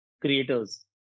creators